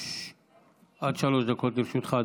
עד שלוש דקות לרשותך,